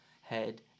Head